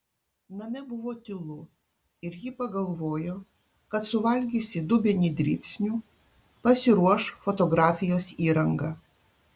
name buvo tylu ir ji pagalvojo kad suvalgiusi dubenį dribsnių pasiruoš fotografijos įrangą